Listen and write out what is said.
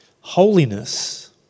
Holiness